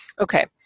Okay